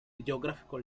geographical